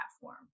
platform